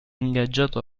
ingaggiato